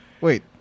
Wait